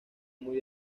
muy